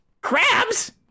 crabs